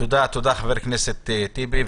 תודה, חבר הכנסת טיבי.